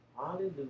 Hallelujah